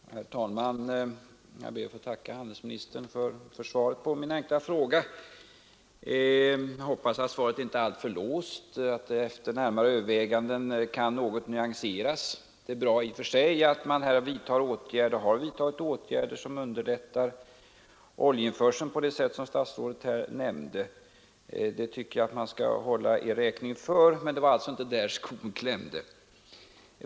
Herr talman! Jag ber att få tacka handelsministern för svaret på min enkla fråga. Jag hoppas att svaret inte är alltför låst utan att det efter närmare överväganden kan något nyanseras. Det är bra i och för sig att man har vidtagit åtgärder som underlättar oljeinförseln på det sätt som statsrådet nämnde. Detta tycker jag att man skall hålla Er räkning för. Men det var inte där skon klämde.